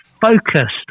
focused